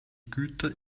güter